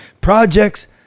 projects